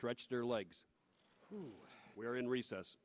stretch their legs we are in recess